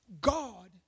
God